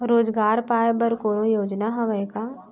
रोजगार पाए बर कोनो योजना हवय का?